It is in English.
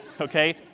okay